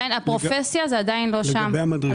הפרופסיה זה עדיין לא שם.